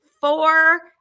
four